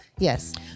yes